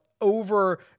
over